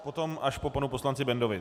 Potom až po panu poslanci Bendovi.